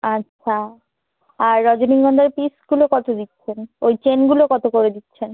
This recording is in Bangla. আচ্ছা আর রজনীগন্ধার পিসগুলো কত দিচ্ছেন ওই চেনগুলো কত করে দিচ্ছেন